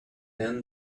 end